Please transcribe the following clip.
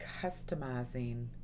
customizing